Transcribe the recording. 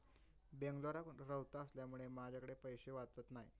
बेंगलोराक रव्हत असल्यामुळें माझ्याकडे पैशे वाचत नाय